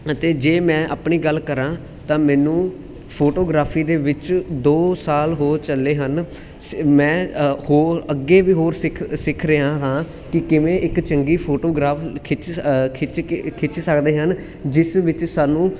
ਅਤੇ ਜੇ ਮੈਂ ਆਪਣੀ ਗੱਲ ਕਰਾਂ ਤਾਂ ਮੈਨੂੰ ਫੋਟੋਗ੍ਰਾਫੀ ਦੇ ਵਿੱਚ ਦੋ ਸਾਲ ਹੋ ਚੱਲੇ ਹਨ ਮੈਂ ਹੋਰ ਅੱਗੇ ਵੀ ਹੋਰ ਸਿੱਖ ਸਿੱਖ ਰਿਹਾ ਹਾਂ ਕਿ ਕਿਵੇਂ ਇੱਕ ਚੰਗੀ ਫੋਟੋਗ੍ਰਾਫ ਖਿੱਚ ਖਿੱਚ ਕੇ ਖਿੱਚ ਸਕਦੇ ਹਨ ਜਿਸ ਵਿੱਚ ਸਾਨੂੰ